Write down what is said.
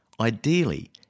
Ideally